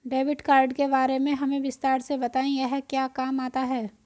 Debit card के बारे में हमें विस्तार से बताएं यह क्या काम आता है?